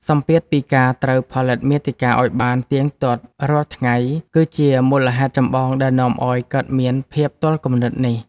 សម្ពាធពីការត្រូវផលិតមាតិកាឱ្យបានទៀងទាត់រាល់ថ្ងៃ គឺជាមូលហេតុចម្បងដែលនាំឱ្យកើតមានភាពទាល់គំនិតនេះ។